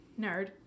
nerd